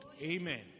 Amen